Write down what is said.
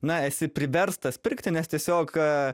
na esi priverstas pirkti nes tiesiog